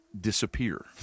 disappear